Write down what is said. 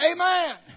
Amen